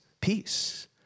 peace